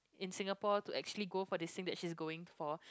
in Singapore to actually go for this thing that she's going for